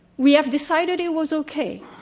we have decided it was okay.